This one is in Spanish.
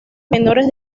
menores